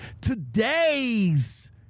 Today's